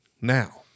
now